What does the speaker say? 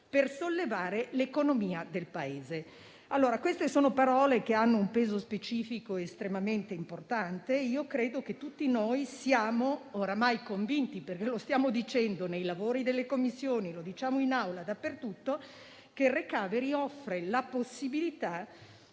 per sollevare l'economia del Paese. Queste sono parole che hanno un peso specifico estremamente importante. Io credo che tutti noi siamo oramai convinti, perché lo stiamo dicendo nei lavori di Commissione, in Aula e dappertutto, che il *recovery plan* offra la possibilità